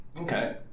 Okay